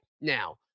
now